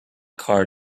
car